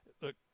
Look